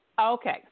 Okay